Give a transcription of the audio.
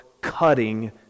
cutting